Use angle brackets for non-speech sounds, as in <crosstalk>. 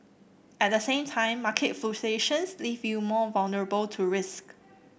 at the same time market <unintelligible> leave you more vulnerable to risk